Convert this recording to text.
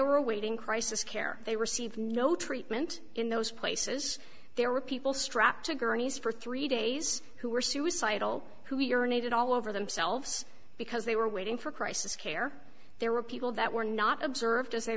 were awaiting crisis care they receive no treatment in those places there were people strapped to grannies for three days who were suicidal who urinated all over themselves because they were waiting for crisis care there were people that were not observed as they